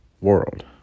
world